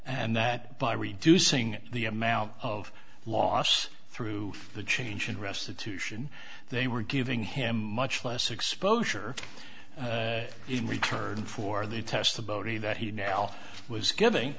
and that by reducing the amount of loss through the change in restitution they were giving him much less exposure in return for their testimony that he now was giving